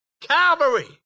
Calvary